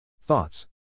Thoughts